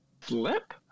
slip